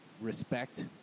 Respect